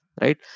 right